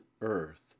earth